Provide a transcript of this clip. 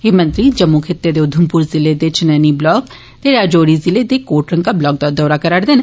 एह मंत्री जम्मू खिते दे उधमपर जिले दे चनैनी ब्लाक ते राजौरी जिले दे कोटरंका ब्लाक दा दौरा करा र दे न